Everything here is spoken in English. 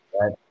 right